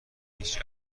هیچ